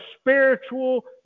spiritual